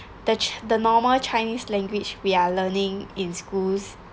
the the normal chinese language we are learning in schools